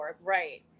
right